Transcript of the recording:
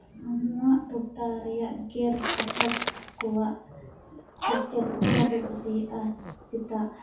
ᱱᱚᱣᱟ ᱴᱚᱴᱷᱟ ᱨᱮᱭᱟᱜ ᱜᱮᱞ ᱯᱟᱴᱷᱚᱠ ᱠᱚᱣᱟᱜ ᱥᱮᱪᱮᱫ ᱚᱠᱟ ᱫᱚ ᱠᱩᱥᱤᱭᱟᱜᱼᱟ ᱪᱮᱫᱟᱜ